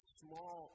small